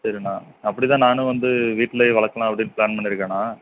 சரிண்ணா அப்படி தான் நானும் வந்து வீட்டிலே வளர்க்கலாம் அப்படின்னு ப்ளான் பண்ணிருக்கேண்ணா